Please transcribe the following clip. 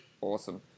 awesome